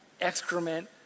excrement